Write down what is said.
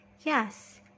Yes